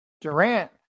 Durant